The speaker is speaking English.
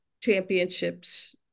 championships